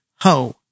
Ho